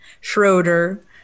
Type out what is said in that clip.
Schroeder